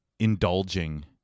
indulging